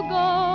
go